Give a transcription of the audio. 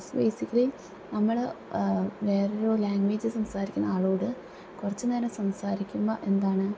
most basically നമ്മള് വേറൊരു language സംസാരിക്കുന്ന ആളോട് കുറച്ച് നേരം സംസാരിക്കുമ്പോൾ എന്താണ്